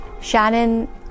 Shannon